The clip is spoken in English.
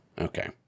Okay